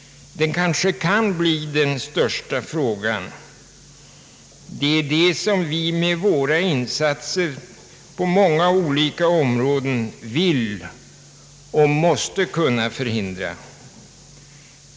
Kanske blir den det. Det är dock detta som vi med våra insatser på många olika områden vill och måste förhindra.